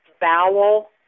bowel